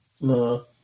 No